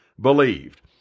believed